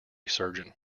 surgeon